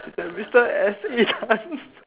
mister S A tan